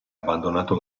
abbandonato